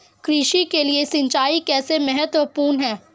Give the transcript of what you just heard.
कृषि के लिए सिंचाई कैसे महत्वपूर्ण है?